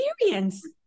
experience